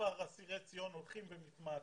מספר אסירי ציון הולכים ומתמעטים.